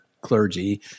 clergy